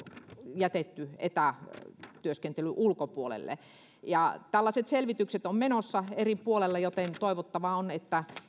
jätetty etätyöskentelyn ulkopuolelle tällaiset selvitykset ovat menossa eri puolilla joten toivottavaa on että